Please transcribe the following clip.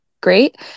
great